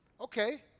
Okay